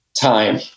time-